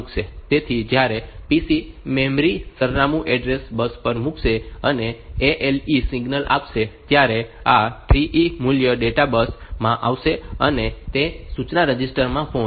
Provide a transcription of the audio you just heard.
તેથી જ્યારે PC memory સરનામું એડ્રેસ બસ પર મૂકશે અને ALE સિગ્નલ આપશે ત્યારે આ 3E મૂલ્ય ડેટા બસ માં આવશે અને તે સૂચના રજિસ્ટર માં પહોંચશે